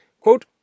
quote